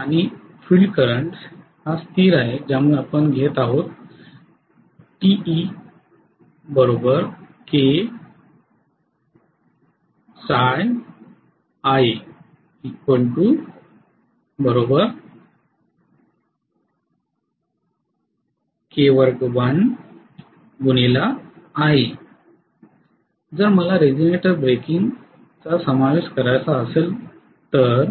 आणि field current हे स्थिर आहे ज्यामुळे आपण घेत आहोत जर मला रीजनरेटर ब्रेकिंगचा समावेश करायचा असेल तर